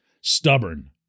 stubborn